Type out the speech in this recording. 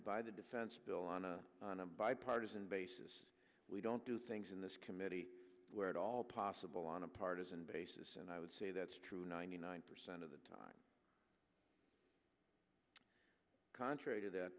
by the defense bill on a on a bipartisan basis we don't do things in this committee where at all possible on a partisan basis and i would say that's true ninety nine percent of the time contrary to th